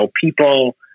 people